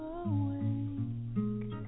awake